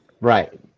Right